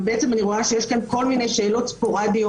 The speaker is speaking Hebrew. ואני רואה שיש כאן כל מיני שאלות ספורדיות